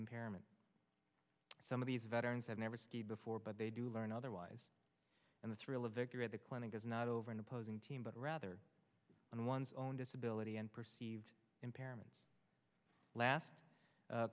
impairment some of these veterans have never skied before but they do learn otherwise and the thrill of victory at the clinic is not over an opposing team but rather on one's own disability and perceived impairments last